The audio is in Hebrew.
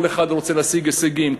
כל אחד רוצה להשיג הישגים,